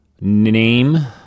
name